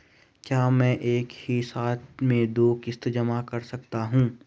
क्या मैं एक ही साथ में दो किश्त जमा कर सकता हूँ?